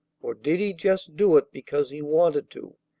or did he just do it because he wanted to,